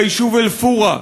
ביישוב אל-פורעה,